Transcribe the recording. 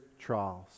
trials